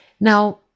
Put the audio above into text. Now